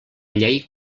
llei